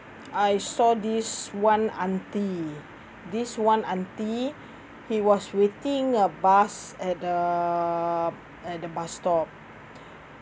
I saw this one auntie this one auntie he was waiting a bus at the at the bus stop